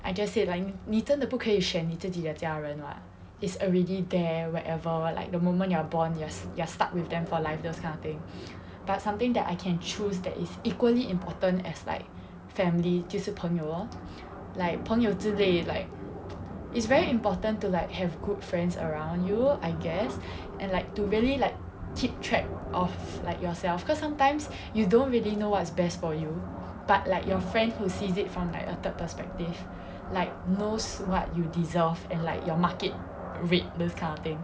I just said like 妳妳真的不可以选妳自己的家人 lah it's already there wherever like the moment you are born you are st~ you are stuck with them for life those kind of thing but something that I can choose that is equally important is like family 就是朋友 lor like 朋友之类 like it's very important to like have group friends around you I guess and like to really like keep track of like yourself cause sometimes you don't really know what's best for you but like your friend who sees it from a third perspective like knows what you deserve and like your market rate those kind of thing